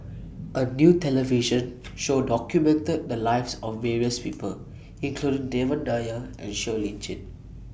A New television Show documented The Lives of various People including Devan Nair and Siow Lee Chin